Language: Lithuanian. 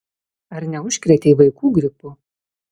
ar neužkrėtei vaikų gripu